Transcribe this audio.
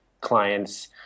clients